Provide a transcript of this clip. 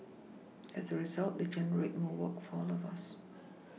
as a result they generate more work for all of us